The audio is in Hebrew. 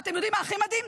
ואתם יודעים מה הכי מדהים?